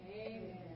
Amen